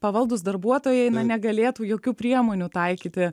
pavaldūs darbuotojai na negalėtų jokių priemonių taikyti